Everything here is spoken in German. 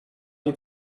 die